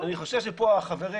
אני חושב שפה החברים